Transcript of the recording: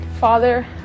Father